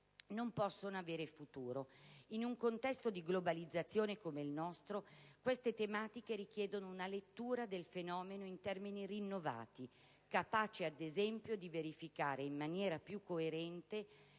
non possono avere futuro.